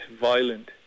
violent